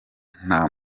nta